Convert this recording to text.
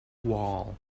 wall